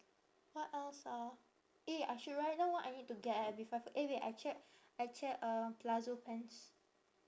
what else ah eh I should write down what I need to get eh before I for~ eh wait I check I check uh palazzo pants